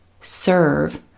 serve